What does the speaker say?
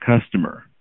customer